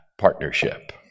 partnership